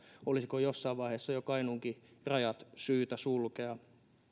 olisiko jossain vaiheessa jo kainuunkin rajat syytä sulkea